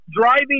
driving